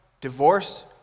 Divorce